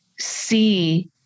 see